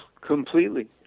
completely